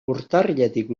urtarriletik